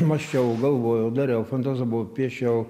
mąsčiau galvojau dariau fantazavau piešiau